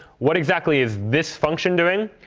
what exactly is this function doing?